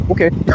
Okay